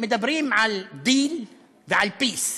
מדברים על deal ועל peace,